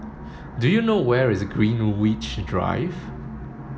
do you know where is Greenwich Drive